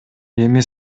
эми